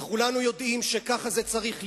וכולנו יודעים שכך צריך להיות,